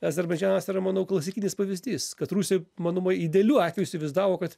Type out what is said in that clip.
azerbaidžanas yra manau klasikinis pavyzdys kad rusija manomai idealiu atveju įsivaizdavo kad